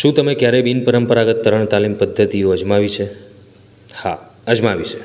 શું તમે ક્યારેય બિન પરંપરાગત તરણ તાલીમ પદ્ધતિઓ અજમાવી છે હા અજમાવી છે